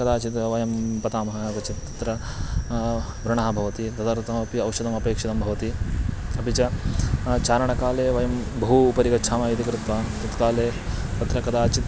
कदाचित् वयं पतामः चेत् तत्र व्रणः भवति तदर्थमपि औषधमपेक्षितं भवति अपि च चारणकाले वयं बहु उपरि गच्छामः इति कृत्वा तत्काले तत्र कदाचित्